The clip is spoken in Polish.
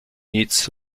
nic